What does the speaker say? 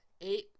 eight